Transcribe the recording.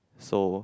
so